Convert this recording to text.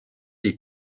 des